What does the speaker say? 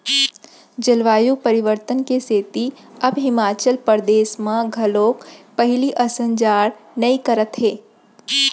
जलवायु परिवर्तन के सेती अब हिमाचल परदेस म घलोक पहिली असन जाड़ नइ करत हे